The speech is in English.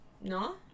No